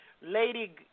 Lady